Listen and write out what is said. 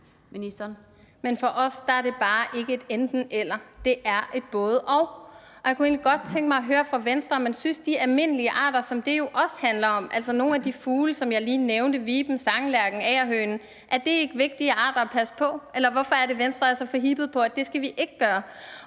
Men for os er det bare ikke et enten-eller. Det er et både-og, og jeg kunne egentlig godt tænke mig at høre fra Venstre, om man ikke synes, at de almindelige arter, som det jo også handler om, altså nogle af de fugle, som jeg lige nævnte – viben, sanglærken, agerhønen – er vigtige arter at passe på. Eller hvorfor er det, at Venstre er så forhippet på, at vi ikke skal gøre